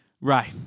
Right